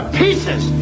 pieces